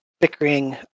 bickering